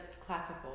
classical